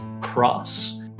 Cross